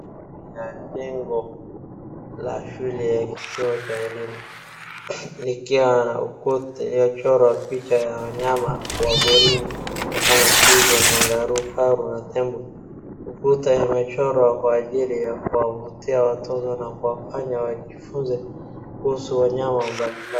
Jengo la shule ya kituo cha elimu ikiwa kwote imechorwa picha ya wanyama wa porini kama twiga, kangaroo ,kifaru na tembo. Ukuta imechorwa kwa ajili ya kuwavutia watoto na kuwafanya wajifunze kuhusu wanyama mbalimbali.